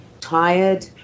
tired